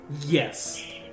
Yes